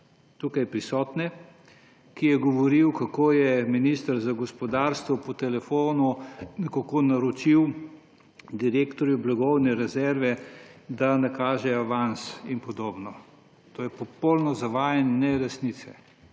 tukaj prisotne, ko je govoril, kako je minister za gospodarstvo po telefonu nekako naročil direktorju za blagovne rezerve, da nakaže avans in podobno. To je popolno zavajanje, neresnica.